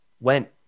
went